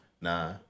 Nah